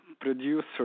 producer